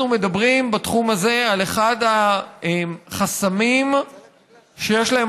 אנחנו מדברים בתחום הזה על אחד החסמים שיש להם